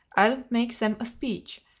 i'll make them a speech.